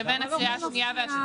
לבין הקריאה השנייה והשלישית.